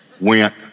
went